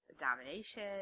domination